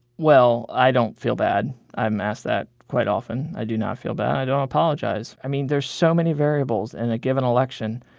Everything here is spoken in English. well, i don't feel bad. i'm asked that quite often. i do not feel bad. i don't apologize. i mean, there's so many variables in and a given election.